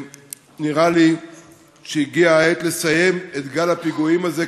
נראה לי שהגיעה העת לסיים את גל הפיגועים הזה,